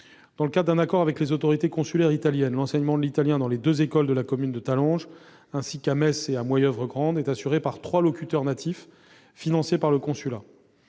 Dans le cadre d'un accord avec les autorités consulaires italiennes, l'enseignement de l'italien dans les deux écoles de la commune, ainsi qu'à Metz et à Moyeuvre-Grande, est assuré par trois locuteurs natifs, financés par le consulat.